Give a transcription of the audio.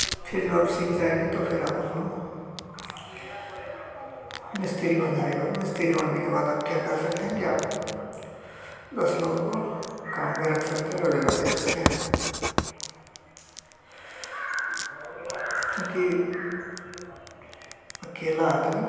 फिर जो आप सीख जाएँगे तो फिर आप अपना मिस्त्री बन जाएँगे और मिस्त्री बनने के बाद आपके क्या कर सकते हैं कि आप दस लोगों को कम पे रख सकते हैं रोजगार दे सकते हैं क्योंकि अकेला आदमी